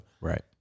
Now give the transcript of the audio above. Right